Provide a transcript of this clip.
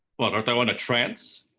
what, art thou in a trance?